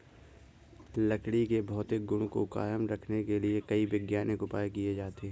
लकड़ी के भौतिक गुण को कायम रखने के लिए कई वैज्ञानिक उपाय किये जाते हैं